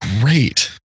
great